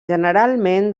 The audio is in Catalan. generalment